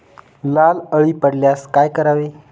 लाल अळी पडल्यास काय करावे?